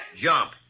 jump